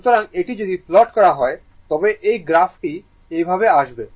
সুতরাং যদি এটি প্লট করা হয় তবে এই গ্রাফটি এভাবে আসবে